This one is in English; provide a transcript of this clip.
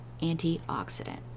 antioxidant